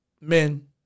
men